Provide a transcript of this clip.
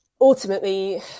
ultimately